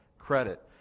credit